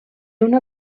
una